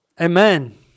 amen